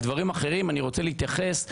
דברים אחרים אני רוצה להתייחס לשאלה.